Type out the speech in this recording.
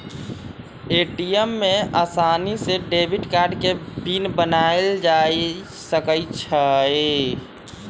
ATM में आसानी से डेबिट कार्ड के पिन बनायल जा सकई छई